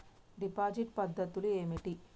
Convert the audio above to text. Deposit పద్ధతులు ఏమిటి?